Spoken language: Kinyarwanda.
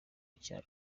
nshya